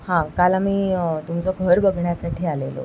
हां काल आम्ही तुमचं घर बघण्यासाठी आलेलो